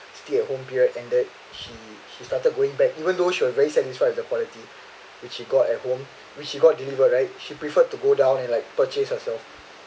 stay at home period ended she she started going back even though she was very satisfied with the quality which she got at home which she got delivery right she preferred to go down and like purchase herself